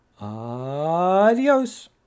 Adios